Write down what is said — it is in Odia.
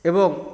ଏବଂ